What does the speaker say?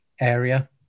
area